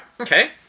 okay